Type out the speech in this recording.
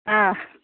অঁ